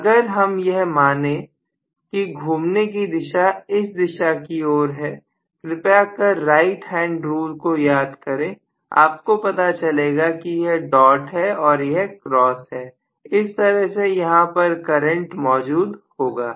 अगर हम यह माने की घूमने की दिशा इस दिशा की ओर है कृपया कर राइट हैंड रूल को याद करें आपको पता चलेगा कि यह डॉट है और यह क्रॉस है इस तरह से यहां पर करंट मौजूद होगा